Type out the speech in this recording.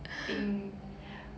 冰